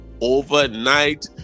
overnight